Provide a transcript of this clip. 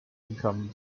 income